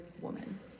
woman